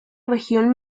región